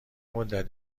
مدت